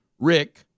Rick